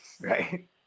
right